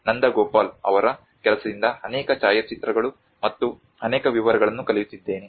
ನಂದಗೋಪಾಲ್ ಅವರ ಕೆಲಸದಿಂದ ಅನೇಕ ಛಾಯಾಚಿತ್ರಗಳು ಮತ್ತು ಅನೇಕ ವಿವರಗಳನ್ನು ಕಲಿಯುತ್ತಿದ್ದೇನೆ